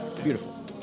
beautiful